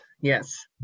yes